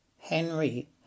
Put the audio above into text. Henry